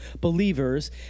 believers